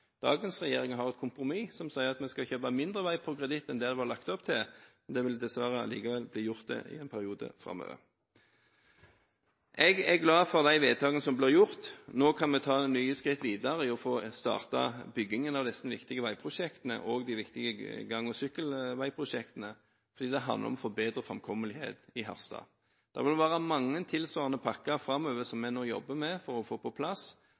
Dagens regjering har et kompromiss som sier at vi skal kjøpe mindre vei på kreditt enn det det var lagt opp til. Det vil det dessverre allikevel bli gjort i en periode framover. Jeg er glad for de vedtakene som blir gjort. Nå kan vi ta nye skritt videre i å få startet byggingen av disse viktige veiprosjektene og de viktige gang- og sykkelveiprosjektene, fordi det handler om å få bedre framkommelighet i Harstad. Det vil være mange tilsvarende pakker framover som vi nå jobber med for å få på plass.